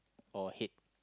or hate